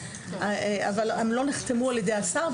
אבל הם לא נחתמו על-ידי השר,